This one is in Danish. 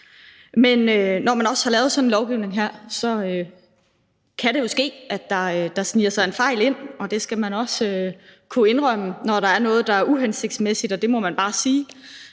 Men når man har lavet sådan en lovgivning her, kan det jo ske, at der sniger sig en fejl ind, og der skal man også kunne indrømme, når der er noget, der er uhensigtsmæssigt, og det må man bare sige